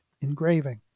engraving